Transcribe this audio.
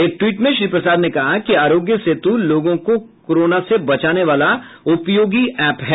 एक ट्वीट में श्री प्रसाद ने कहा कि आरोग्य सेतु लोगों को कोरोना से बचाने वाला उपयोगी ऐप है